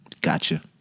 Gotcha